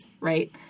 right